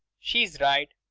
she's right.